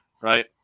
right